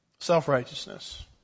Self-righteousness